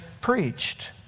preached